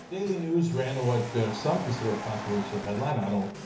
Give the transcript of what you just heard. daily news ran what some considered a controversial headline, i don't